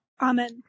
Amen